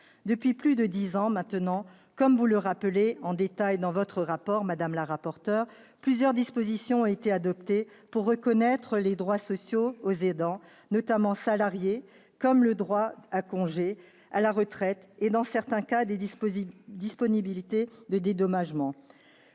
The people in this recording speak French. Depuis plus de dix ans maintenant, comme vous le rappelez dans votre rapport, madame la rapporteur, plusieurs dispositions ont été adoptées pour reconnaître des droits sociaux aux aidants, notamment salariés, comme le droit à congé, à la retraite ou, dans certains cas, l'ouverture de possibilités de dédommagement.